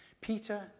Peter